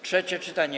Trzecie czytanie.